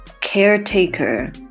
caretaker